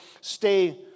stay